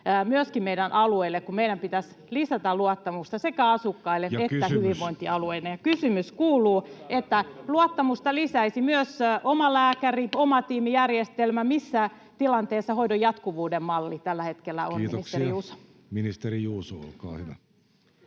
myöskin meidän alueille, kun meidän pitäisi lisätä luottamusta sekä asukkaille [Puhemies: Ja kysymys!] että hyvinvointialueille. — Ja kysymys kuuluu, että luottamusta lisäisi myös omalääkäri-, omatiimijärjestelmä. Missä tilanteessa hoidon jatkuvuuden malli tällä hetkellä on, ministeri Juuso? Kiitoksia. — Ministeri Juuso, olkaa hyvä.